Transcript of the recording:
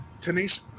Tanisha